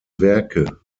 werke